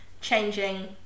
changing